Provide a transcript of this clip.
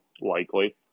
likely